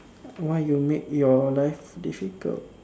why you make your life difficult